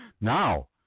Now